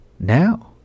Now